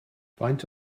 faint